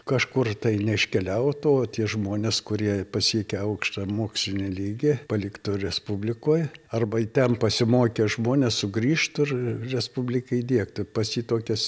kažkur tai neiškeliautų o tie žmonės kurie pasiekia aukštą mokslinį lygį paliktų respublikoj arba ten pasimokę žmonės sugrįžtų ir respublikai įdiegtų pas jį tokias